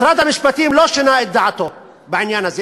משרד המשפטים לא שינה את דעתו בעניין הזה.